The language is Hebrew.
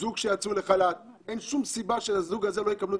זוג שיצאו לחל"ת אין שום סיבה שהזוג הזה לא יקבל.